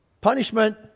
punishment